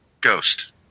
Ghost